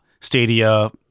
Stadia